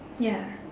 ya